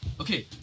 Okay